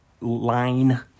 line